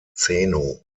zeno